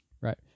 Right